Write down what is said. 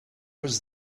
was